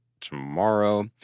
tomorrow